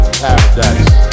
paradise